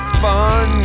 fun